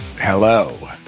Hello